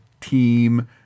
team